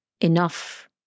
enough